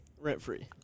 Rent-free